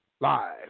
Live